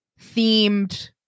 themed